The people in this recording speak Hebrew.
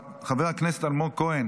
חבר הכנסת אלמוג כהן,